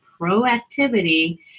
proactivity